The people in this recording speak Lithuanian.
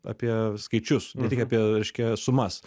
apie skaičius ne tik apie reiškia sumas